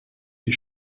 wie